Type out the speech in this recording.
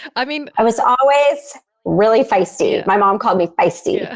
i mean i was always really feisty. my mom called me feisty.